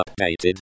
updated